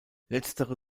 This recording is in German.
letztere